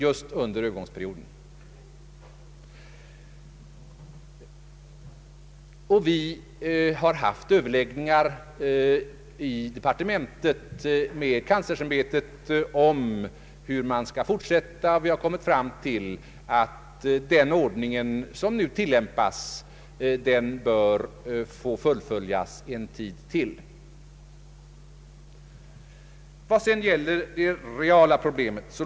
Vi har i departementet haft överläggningar med kanslersämbetet om hur man skall fortsätta, och vi har kommit fram till att den ordning som nu tillämpas bör få fullföljas ytterligare en tid.